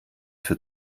für